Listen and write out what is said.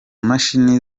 mashini